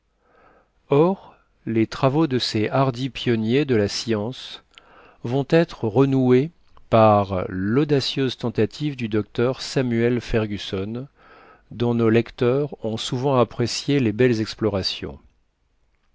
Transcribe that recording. or les travaux de ces hardis pionniers de la science vont être renoués par l'audacieuse tentative du docteur samuel fergusson dont nos lecteurs ont souvent apprécié les belles explorations